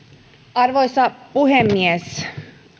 arvoisa puhemies